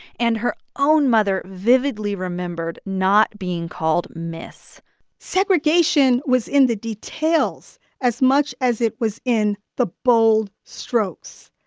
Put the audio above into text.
and her own mother vividly remembered not being called miss segregation was in the details as much as it was in the bold strokes.